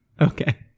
Okay